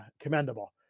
commendable